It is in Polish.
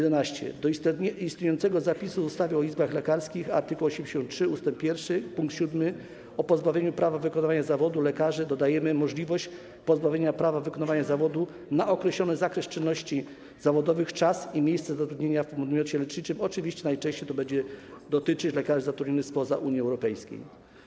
Do istniejącego zapisu w ustawie o izbach lekarskich, art. 83 ust. 1 pkt 7, o pozbawieniu prawa wykonywania zawodu lekarzy dodajemy możliwość pozbawienia prawa wykonywania zawodu na określony zakres czynności zawodowych, czas i miejsce zatrudnienia w podmiocie leczniczym; oczywiście najczęściej to będzie dotyczyć lekarzy zatrudnionych spoza Unii Europejskiej.